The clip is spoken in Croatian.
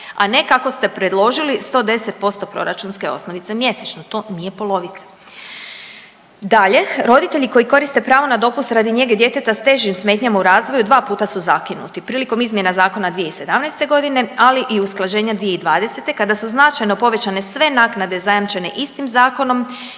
a ne kako ste predložili 110% proračunske osnovice mjesečno. To nije polovica. Dalje, roditelji koji koriste pravo na dopust radi njege djeteta s težim smetnjama u razvoju dva puta su zakinuti. Prilikom izmjena zakona 2017. godine, ali i usklađenja 2020. kada su značajno povećane sve naknade zajamčene istim zakonom,